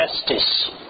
justice